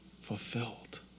fulfilled